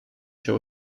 się